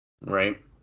right